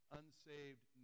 unsaved